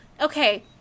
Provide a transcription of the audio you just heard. okay